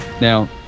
Now